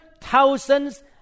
thousands